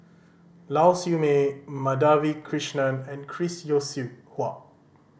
Lau Siew Mei Madhavi Krishnan and Chris Yeo Siew Hua